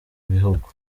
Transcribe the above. bihugu